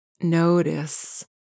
Notice